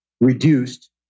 reduced